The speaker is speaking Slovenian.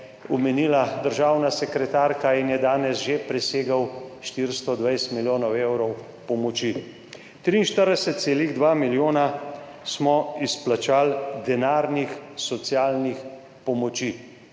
omenila državna sekretarka in je danes že presegel 420 milijonov evrov pomoči. 43,2 milijona smo izplačali denarnih socialnih pomoči,